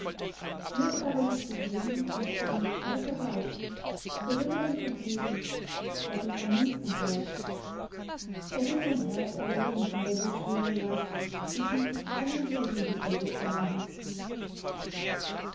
wird's aber sich begeben daß du ihm treu verbleibst so wird er dich erheben da du's am mind'sten gläubst er wird dein herz erlösen von der so schweren last die du zu keinem bösen bisher getragen hast